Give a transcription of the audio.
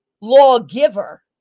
lawgiver